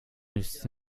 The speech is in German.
nützt